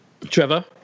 Trevor